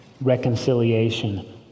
reconciliation